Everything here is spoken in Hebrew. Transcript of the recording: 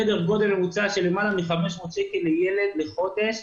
סדר גודל של למעלה מ-500 שקל לילד לחודש,